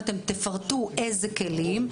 אתם תפרטו איזה כלים,